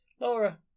Laura